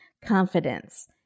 confidence